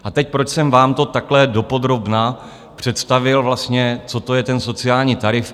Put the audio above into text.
A teď, proč jsem vám to takhle dopodrobna představil vlastně, co to je ten sociální tarif?